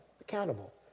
accountable